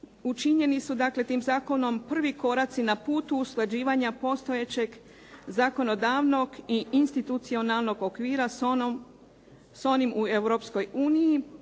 učinjeni su dakle tim zakonom prvi koraci na putu usklađivanja postojećeg zakonodavnog i institucionalnog okvira s onim u Europskoj uniji